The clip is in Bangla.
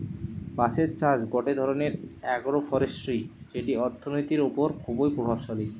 বাঁশের চাষ গটে ধরণের আগ্রোফরেষ্ট্রী যেটি অর্থনীতির ওপর খুবই প্রভাবশালী